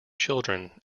children